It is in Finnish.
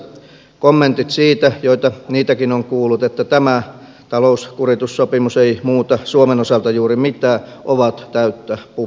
kommentit siitä niitäkin on kuullut että tämä talouskuritussopimus ei muuta suomen osalta juuri mitään ovat täyttä puppua